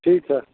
ठीक है